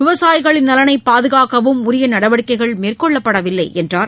விவசாயிகள் நலனை பாதுகாக்கவும் உரிய நடவடிக்கைகள் மேற்கொள்ளப்படவில்லை என்று அவர் கூறினார்